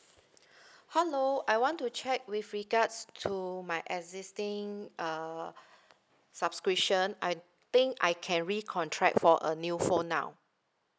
hello I want to check with regards to my existing uh subscription I think I can recontract for a new phone now